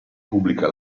pubblica